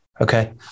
okay